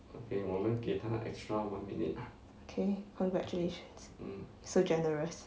okay congratulations so generous